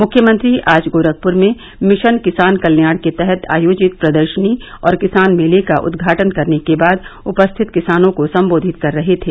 मुख्यमंत्री आज गोरखपुर में मिशन किसान कल्याण के तहत आयोजित प्रदर्शनी और किसान मेले का उद्घाटन करने के बाद उपस्थित किसानों को संबोधित कर रहे थे